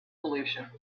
pollution